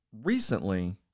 recently